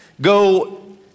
go